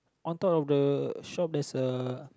on top of the shop there's a